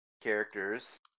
characters